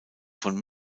von